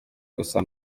gusa